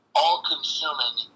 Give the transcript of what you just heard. all-consuming